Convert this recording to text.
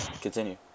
Continue